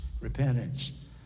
repentance